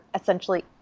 essentially